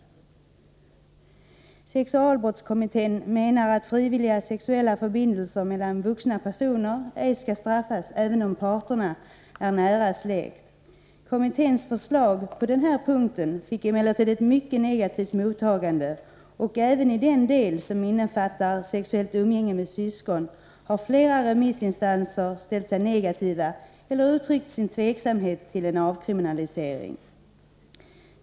Sexualbrottskommittén menar att frivilliga sexuella förbindelser mellan vuxna personer ej skall bestraffas även om parterna är nära släkt. Kommitténs förslag på den här punkten fick emellertid ett mycket negativt mottagande, och även i den del som innefattar sexuellt umgänge med syskon har flera remissinstanser ställt sig negativa eller uttryckt sin tveksamhet till en avkriminalisering.